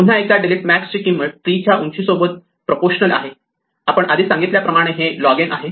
पुन्हा एकदा delete max ची किंमत ट्री च्या उंची सोबत प्रपोर्शनल आहे आपण आधी सांगितल्याप्रमाणे हे लॉग n आहे